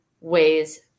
ways